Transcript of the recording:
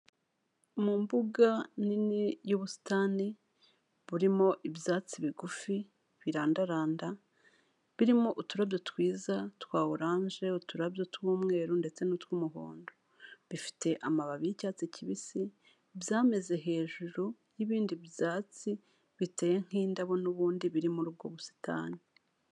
Mu mbuga nini y'ubusitani burimo ibyatsi bigufi, birandaranda, birimo uturabyo twiza twa oranje, uturabyo tw'umweru ndetse n'utw'umuhondo, bifite amababi y'icyatsi kibisi, byameze hejuru y'ibindi byatsi biteye nk'indabo n'ubundi biri muri ubwo busitani.